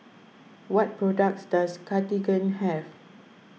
what products does Cartigain have